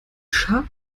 scharrt